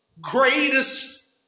greatest